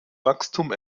wachstum